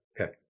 Okay